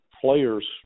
players